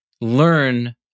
learn